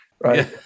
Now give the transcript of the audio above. right